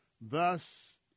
Thus